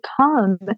come